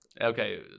okay